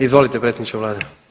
Izvolite predsjedniče Vlade.